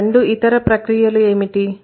ఆ రెండు ఇతర ప్రక్రియలు ఏమిటి